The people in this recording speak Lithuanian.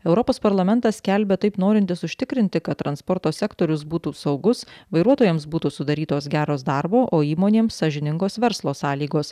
europos parlamentas skelbia taip norintis užtikrinti kad transporto sektorius būtų saugus vairuotojams būtų sudarytos geros darbo o įmonėms sąžiningos verslo sąlygos